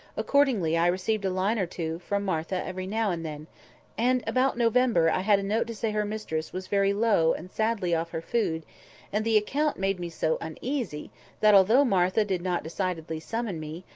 accordingly i received a line or two from martha every now and then and, about november i had a note to say her mistress was very low and sadly off her food and the account made me so uneasy that, although martha did not decidedly summon me,